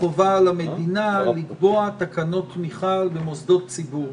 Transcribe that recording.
חובה למדינה לקבוע תקנות תמיכה במוסדות ציבור